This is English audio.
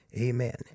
Amen